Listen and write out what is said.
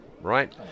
right